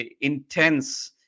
intense